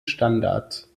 standards